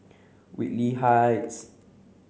Whitley Heights